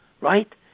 Right